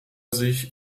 sich